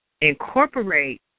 incorporate